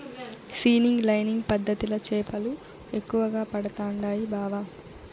seining lining పద్ధతిల చేపలు ఎక్కువగా పడుతండాయి బావ